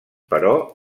però